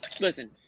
listen